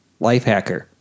Lifehacker